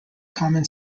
common